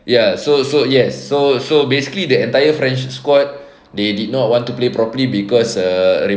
ya so so yes so so basically the entire french squad they did not want to play properly cause err